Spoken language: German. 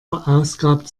verausgabt